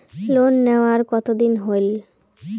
Loan নেওয়ার কতদিন হইল?